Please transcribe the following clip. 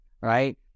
right